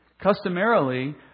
Customarily